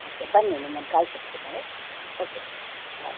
okay ಬನ್ನಿ ನಿಮ್ಮನ್ನು ಕಾಯ್ತಿರ್ತೀವಿ ನಾವು ಓಕೆ ಬಾಯ್